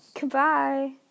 Goodbye